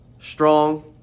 strong